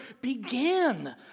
began